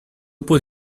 put